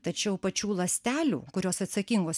tačiau pačių ląstelių kurios atsakingos